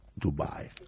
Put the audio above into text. Dubai